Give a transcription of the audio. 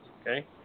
okay